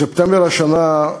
בספטמבר השנה,